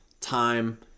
time